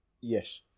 Yes